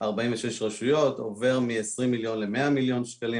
46 רשויות, עובר מ-20 מיליון ל-100 מיליון שקלים.